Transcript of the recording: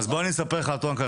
אז בוא אני אספר לך על טקוואנדו,